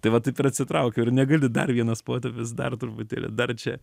tai va taip ir atsitraukiau ir negali dar vienas potėpis dar truputėlį dar čia